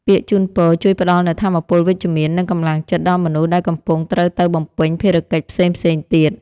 ពាក្យជូនពរជួយផ្ដល់នូវថាមពលវិជ្ជមាននិងកម្លាំងចិត្តដល់មនុស្សដែលកំពុងត្រូវទៅបំពេញភារកិច្ចផ្សេងៗទៀត។